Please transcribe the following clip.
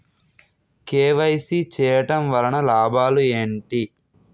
KYC చేయటం వలన లాభాలు ఏమిటి?